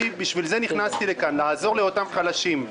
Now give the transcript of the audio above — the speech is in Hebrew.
אני בשביל זה נכנסתי לכאן לעזור לאותם חלשים.